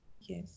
yes